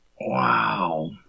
Wow